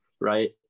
Right